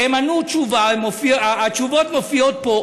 הם ענו תשובה, התשובות מופיעות פה.